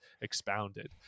expounded